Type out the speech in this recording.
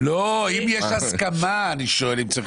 אם יש הסכמה אני שואל אם צריך להקריא.